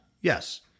Yes